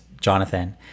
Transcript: jonathan